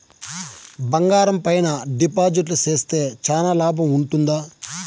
బంగారం పైన డిపాజిట్లు సేస్తే చానా లాభం ఉంటుందా?